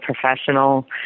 professional